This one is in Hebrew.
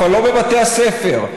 אבל לא בבתי הספר,